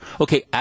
Okay